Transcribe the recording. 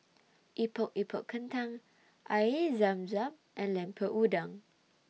Epok Epok Kentang Air Zam Zam and Lemper Udang